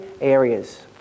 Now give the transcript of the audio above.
areas